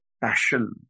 passion